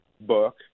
book